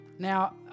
Now